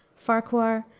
farquhar,